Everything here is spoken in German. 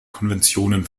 konvention